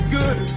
good